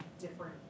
different